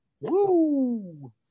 Woo